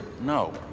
No